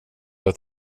att